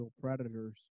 Predators